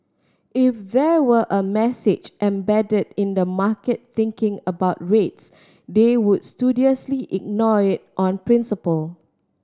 if there were a message embedded in the market thinking about rates they would studiously ignore it on principle